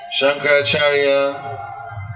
Shankaracharya